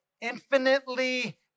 infinitely